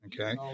Okay